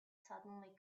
suddenly